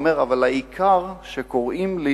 והוא אמר: אבל העיקר שקוראים לי